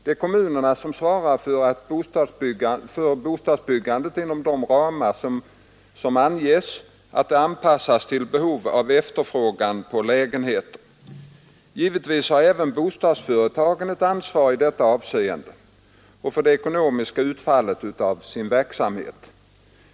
Det är kommunen som svarar för att bostadsbyggandet inom de ramar som anges anpassas till behovet av och efterfrågan på bostäder. Givetvis har även bostadsföretagen ett ansvar i detta avseende och för det ekonomiska utfallet av sin verksamhet.